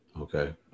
Okay